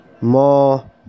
more